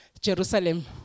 Jerusalem